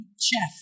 chef